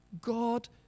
God